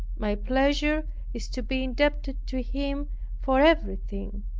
my pleasure is to be indebted to him for everything.